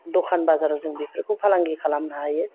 दखान बाजाराव जोङो बेफोरखौ फालांगि खालामनो हायो